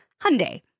Hyundai